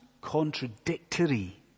contradictory